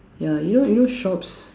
ya you know you know shops